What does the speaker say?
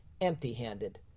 empty-handed